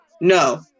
No